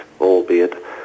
albeit